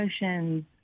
emotions